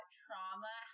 trauma